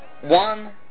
one